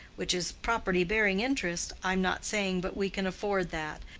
which is property bearing interest, i'm not saying but we can afford that,